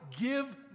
give